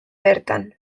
bertan